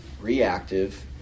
reactive